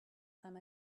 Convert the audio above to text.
time